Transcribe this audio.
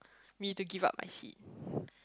me to give up my seat